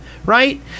Right